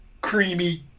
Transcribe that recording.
creamy